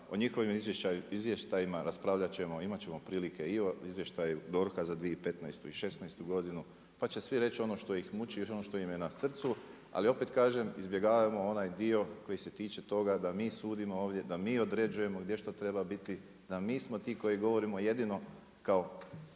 o njihovim izvještajima raspravljat ćemo, imat ćemo prilike i o izvještaju DORH-a za 2015. i 2016. godinu, pa će svi reći ono što ih muči, ono što im je na srcu, ali opet kažem izbjegavajmo onaj dio koji se tiče toga da mi sudimo ovdje, da mi određujemo gdje što treba biti, da mi smo ti koji govorimo jedino kao